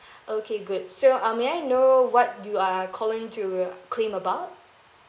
okay good so uh may I know what you are calling to claim about